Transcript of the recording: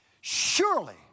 surely